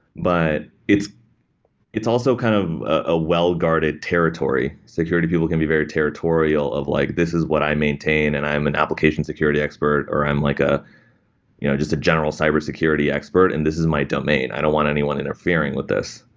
but it's it's also kind of a well-guarded territory. security people can be very territorial of like, this is what i maintain and i'm an application security expert or i'm like ah you know just a general cyber security expert and this is my domain. i don't want anyone interfering with this.